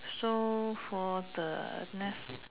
so for the next